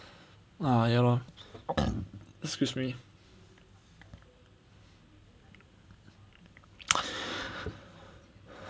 ah ya lor excuse me